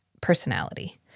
personality